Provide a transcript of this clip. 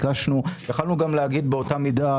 יכולנו גם להגיד באותה מידה,